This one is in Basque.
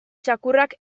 txakurrak